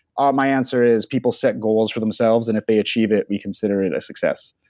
ah my answer is, people set goals for themselves and if they achieve it, we consider it a success.